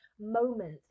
moment